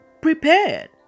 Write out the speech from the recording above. prepared